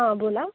हं बोला